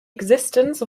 existence